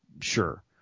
Sure